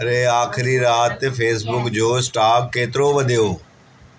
अरे आख़िरी राति फेसबुक जो स्टॉक केतिरो वधियो